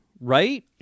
right